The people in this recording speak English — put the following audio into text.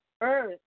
earth